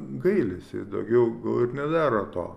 gailisi jis daugiau ir nedaro to